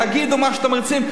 תגידו מה שאתם רוצים.